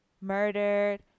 murdered